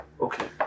Okay